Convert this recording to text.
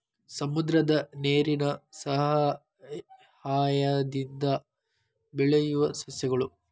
ಸಮುದ್ರದ ನೇರಿನ ಸಯಹಾಯದಿಂದ ಬೆಳಿಯುವ ಸಸ್ಯಗಳು